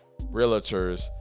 realtors